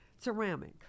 Ceramic